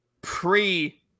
pre